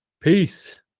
peace